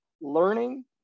learning